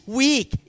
week